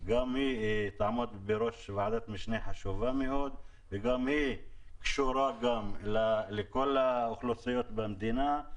שתעמוד בראש ועדת משנה חשובה מאוד שקשורה לכל האוכלוסיות במדינה.